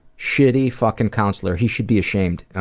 shitty fucking counselor. he should be ashamed,